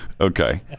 Okay